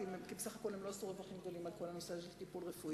כי בסך הכול הם לא עשו רווחים גדולים על כל הנושא הזה של טיפול רפואי.